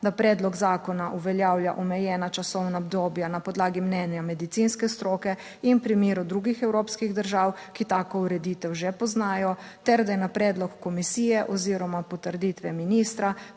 da predlog zakona uveljavlja omejena časovna obdobja na podlagi mnenja medicinske stroke in v primeru drugih evropskih držav, ki tako ureditev že poznajo ter, da je na predlog komisije oziroma potrditve ministra,